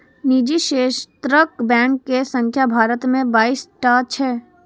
निजी क्षेत्रक बैंक के संख्या भारत मे बाइस टा छै